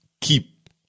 keep